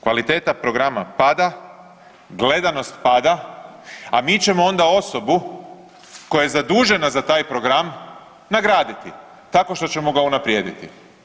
Kvaliteta program pada, gledanost pada, a mi ćemo onda osobu koja je zadužena za taj program nagraditi tako što ćemo ga unaprijediti.